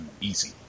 easy